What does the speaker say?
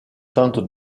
tente